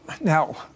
Now